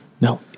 No